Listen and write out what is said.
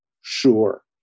Sure